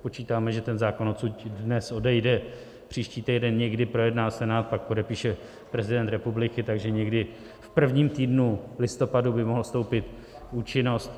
Počítáme, že ten zákon odsud dnes odejde, příští týden někdy projedná Senát, pak podepíše prezident republiky, takže někdy v prvním týdnu listopadu by mohl vstoupit v účinnost.